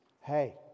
hey